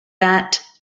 that